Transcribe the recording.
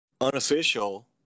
unofficial